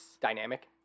Dynamic